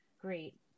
great